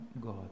God